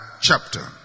chapter